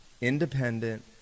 independent